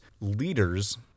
leaders